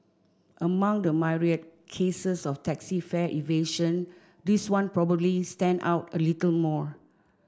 among the myriad cases of taxi fare evasion this one probably stand out a little more